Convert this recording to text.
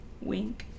wink